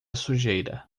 sujeira